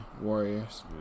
Warriors